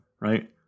right